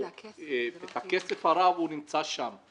זו אחריות של האזרח שתהיה לו רשומה ממוחשבת?